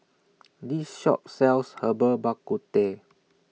This Shop sells Herbal Bak Ku Teh